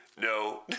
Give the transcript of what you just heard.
no